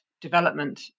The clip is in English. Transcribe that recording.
development